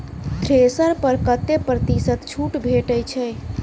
Thresher पर कतै प्रतिशत छूट भेटय छै?